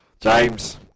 James